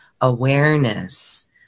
awareness